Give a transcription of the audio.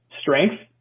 strength